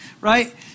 right